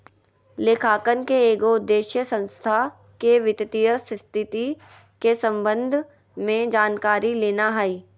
लेखांकन के एगो उद्देश्य संस्था के वित्तीय स्थिति के संबंध में जानकारी लेना हइ